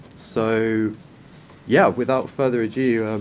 so yeah, without further ado,